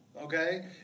okay